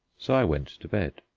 so i went to bed.